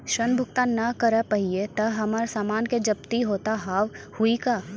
ऋण भुगतान ना करऽ पहिए तह हमर समान के जब्ती होता हाव हई का?